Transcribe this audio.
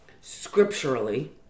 scripturally